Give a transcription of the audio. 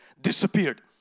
disappeared